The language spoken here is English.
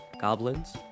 Goblins